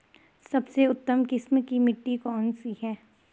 सबसे उत्तम किस्म की मिट्टी कौन सी है?